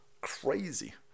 Crazy